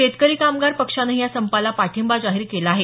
शेतकरी कामगार पक्षानंही या संपाला पाठिंबा जाहीर केला आहे